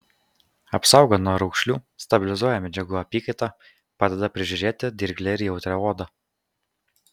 apsaugo nuo raukšlių stabilizuoja medžiagų apykaitą padeda prižiūrėti dirglią ir jautrią odą